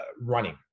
running